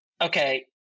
okay